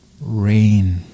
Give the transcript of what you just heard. rain